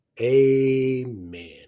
Amen